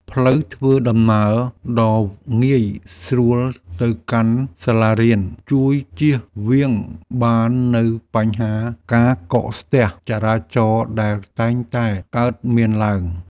ផ្លូវធ្វើដំណើរដ៏ងាយស្រួលទៅកាន់សាលារៀនជួយជៀសវាងបាននូវបញ្ហាការកកស្ទះចរាចរណ៍ដែលតែងតែកើតមានឡើង។